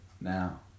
now